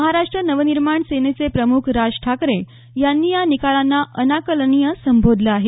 महाराष्ट्र नव निर्माण सेनेचे प्रमुख राज ठाकरे यांनी या निकालांना अनाकलनीय संबोधलं आहे